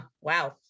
Wow